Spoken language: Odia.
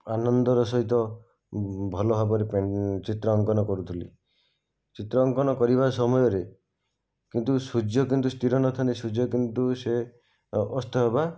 ଆନନ୍ଦର ସହିତ ଭଲ ଭାବରେ ଚିତ୍ର ଅଙ୍କନ କରୁଥିଲି ଚିତ୍ର ଅଙ୍କନ କରିବା ସମୟରେ କିନ୍ତୁ ସୂର୍ଯ୍ୟ କିନ୍ତୁ ସ୍ଥିର ନଥାନ୍ତି ସୂର୍ଯ୍ୟ କିନ୍ତୁ ସେ ଅ ଅସ୍ତ ହେବା